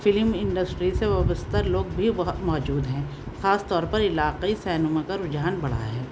film industry سے وابستہ لوگ بھی بہت موجود ہیں خاص طور پر علاقائی سینما کا رجحان بڑھا ہے